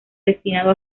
destinado